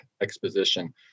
Exposition